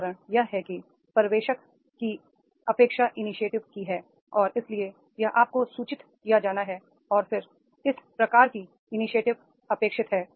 कारण यह है कि पर्यवेक्षक की अपेक्षा इनीशिएटिव की है और इसलिए यह आपको सूचित किया जाना है और फिर इस प्रकार की इनीशिएटिव अपेक्षित है